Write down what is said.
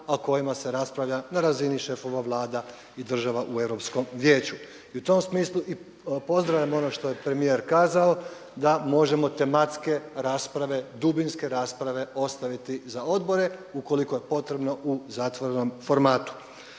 o kojima se raspravlja na razini šefova vlada i država u Europskom vijeću. I u tom smislu pozdravljam ono što je premijer kazao da možemo tematske rasprave, dubinske rasprave ostaviti za odbore ukoliko je potrebno u zatvorenom formatu.